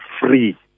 free